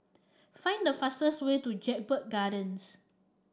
find the fastest way to Jedburgh Gardens